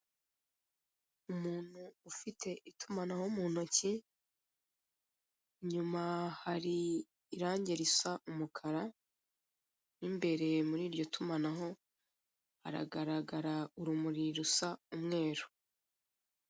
Umuntu nufite itumanaho mu ntoki inyuma hari irange risa umukara mo imbere muri iryo tumanaho haragaragara urumuri rusa umweru.